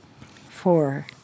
Four